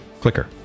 Clicker